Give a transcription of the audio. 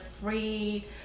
free